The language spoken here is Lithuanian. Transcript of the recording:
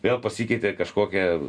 vėl pasikeitė kažkokia